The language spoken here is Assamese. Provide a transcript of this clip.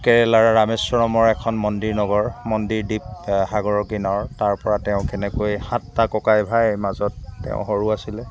কেৰেলাৰ ৰামেশ্বৰমৰ এখন মন্দিৰ নগৰ মন্দিৰ দ্বীপ সাগৰৰ কিনাৰৰ তাৰপৰা তেওঁ কেনেকৈ সাতটা ককাই ভাই মাজত তেওঁ সৰু আছিলে